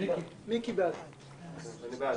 שישה.